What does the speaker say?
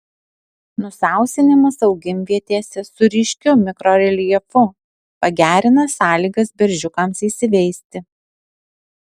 nusausinimas augimvietėse su ryškiu mikroreljefu pagerina sąlygas beržiukams įsiveisti